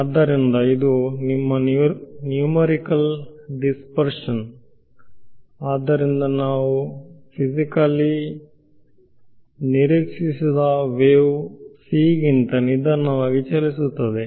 ಆದ್ದರಿಂದ ಇದು ನಿಮ್ಮ ನ್ಯೂಮರಿಕಲ್ ದಿಸ್ಪರ್ಶನ್ ಆದ್ದರಿಂದ ನಾವು ದೈಹಿಕವಾಗಿ ನಿರೀಕ್ಷಿಸದ ವೇವ್ c ಗಿಂತ ನಿಧಾನವಾಗಿ ಚಲಿಸುತ್ತದೆ